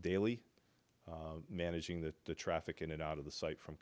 daily managing the traffic in and out of the site from